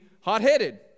hot-headed